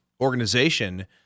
organization